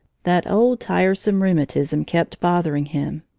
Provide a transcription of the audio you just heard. that old, tiresome rheumatism kept bothering him,